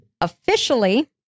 Officially